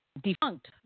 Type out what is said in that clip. defunct